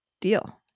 deal